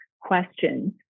questions